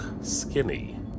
skinny